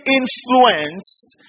influenced